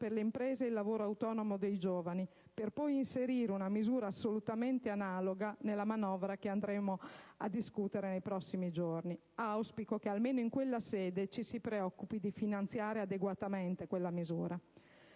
per le imprese e il lavoro autonomo dei giovani, per poi inserire una misura assolutamente analoga nella manovra di cui discuteremo nei prossimi giorni. Auspico che almeno in quella sede ci si preoccupi di finanziarla adeguatamente. Ma di